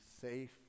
safe